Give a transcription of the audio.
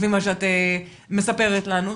לפי מה שאת מספרת לנו.